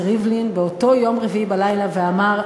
ריבלין באותו יום רביעי בלילה ואמר,